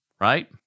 right